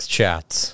Chats